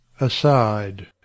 Aside